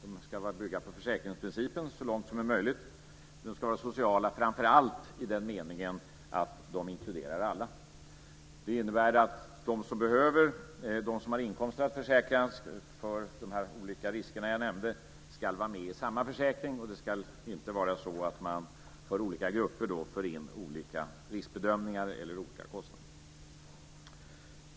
De ska bygga på försäkringsprincipen så långt som är möjligt, och de ska vara sociala framför allt i meningen att de inkluderar alla. Det innebär att de som behöver detta och som har inkomster att försäkra för alla de olika risker som jag nämnde ska vara med i samma försäkring. Det ska inte vara så att man för olika grupper för in olika riskbedömningar eller olika kostnader.